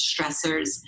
stressors